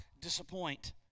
disappoint